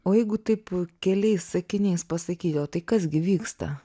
o jeigu taip keliais sakiniais pasakyti o tai kas gi vyksta